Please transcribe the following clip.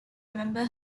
remember